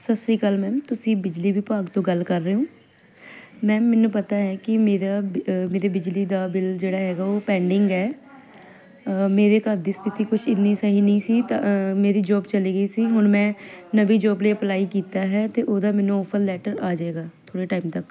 ਸਤਿ ਸ਼੍ਰੀ ਅਕਾਲ ਮੈਮ ਤੁਸੀਂ ਬਿਜਲੀ ਵਿਭਾਗ ਤੋਂ ਗੱਲ ਕਰ ਰਹੇ ਹੋ ਮੈਮ ਮੈਨੂੰ ਪਤਾ ਹੈ ਕਿ ਮੇਰਾ ਮੇਰੇ ਬਿਜਲੀ ਦਾ ਬਿੱਲ ਜਿਹੜਾ ਹੈਗਾ ਉਹ ਪੈਂਡਿੰਗ ਹੈ ਮੇਰੇ ਘਰ ਦੀ ਸਥਿਤੀ ਕੁਝ ਇੰਨੀ ਸਹੀ ਨਹੀਂ ਸੀ ਤਾਂ ਮੇਰੀ ਜੋਬ ਚਲੀ ਗਈ ਸੀ ਹੁਣ ਮੈਂ ਨਵੀਂ ਜੋਬ ਲਈ ਅਪਲਾਈ ਕੀਤਾ ਹੈ ਅਤੇ ਉਹਦਾ ਮੈਨੂੰ ਆਫਰ ਲੈਟਰ ਆ ਜਾਏਗਾ ਥੋੜ੍ਹੇ ਟਾਈਮ ਤੱਕ